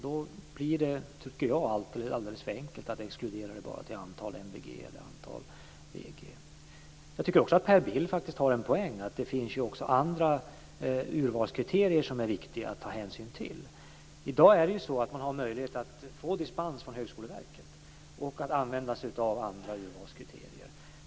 Då blir det, tycker jag, alldeles för enkelt att begränsa det till antal MVG eller antal VG. Jag tycker också att Per Bill faktiskt har en poäng. Det finns också andra urvalskriterier som är viktiga att ta hänsyn till. I dag är det så att man har möjlighet att få dispens från Högskoleverket och att använda sig av andra urvalskriterier.